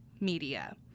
media